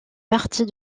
partie